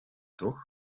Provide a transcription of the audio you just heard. toch